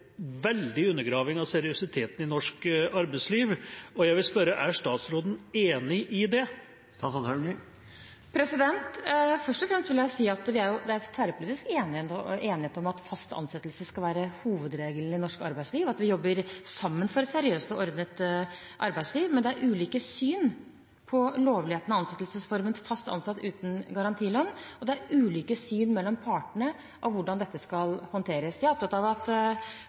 veldig undergraving av seriøsiteten i norsk arbeidsliv, og jeg vil spørre: Er statsråden enig i det? Først og fremst vil jeg si at det er tverrpolitisk enighet om at fast ansettelse skal være hovedregelen i norsk arbeidsliv, og at vi jobber sammen for et seriøst og ordnet arbeidsliv. Men det er ulike syn på lovligheten av ansettelsesformen «fast ansatt uten garantilønn», og det er ulike syn mellom partene og hvordan dette skal håndteres. Jeg er opptatt av at